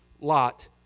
lot